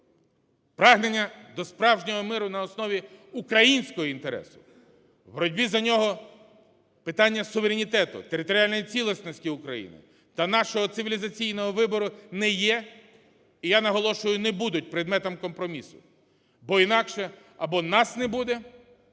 Прагнення до справжнього миру на основі українського інтересу, у боротьбі за нього питання суверенітету, територіальної цілісності України та нашого цивілізаційного вибору не є, і я наголошую, не будуть предметом компромісу. Бо інакше або нас не буде, або ми будемо